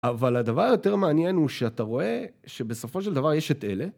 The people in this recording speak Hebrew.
אבל הדבר היותר מעניין הוא שאתה רואה שבסופו של דבר יש את אלה